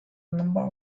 number